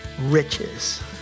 riches